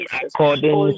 according